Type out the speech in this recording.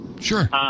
Sure